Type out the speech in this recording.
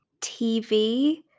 TV